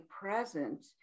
present